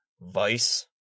Vice